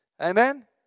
Amen